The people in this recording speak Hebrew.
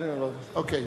אוקיי,